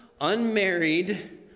unmarried